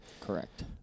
Correct